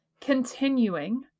continuing